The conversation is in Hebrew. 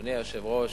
אדוני היושב-ראש,